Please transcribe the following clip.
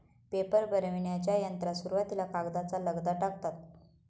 paper बनविण्याच्या यंत्रात सुरुवातीला कागदाचा लगदा टाकतात